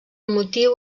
motiu